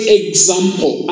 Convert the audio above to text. example